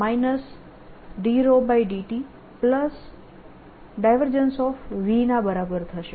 v ના બરાબર થશે